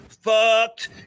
fucked